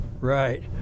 right